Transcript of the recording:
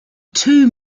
two